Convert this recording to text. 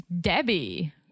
Debbie